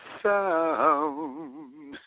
sound